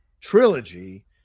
trilogy